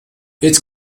its